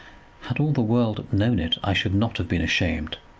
had all the world known it, i should not have been ashamed.